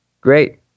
Great